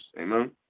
amen